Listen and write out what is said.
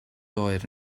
oer